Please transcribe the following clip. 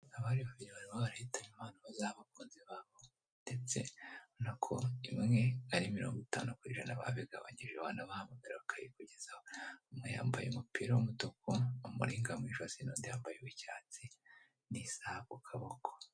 Abari babiri, barimo barahitamo impano bazaha abakunzi babo, ndetse urabona ko imwe ari mirongo itanu ku ijana, babigabanyije, wanabahamagara, bakayikugezaho, umwe yambaye umupira w'umutuku, umuringa mu ijosi, n'undi yambaye uw'icyatsi, n'isaha ku kaboko.